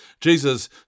Jesus